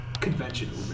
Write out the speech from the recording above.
conventional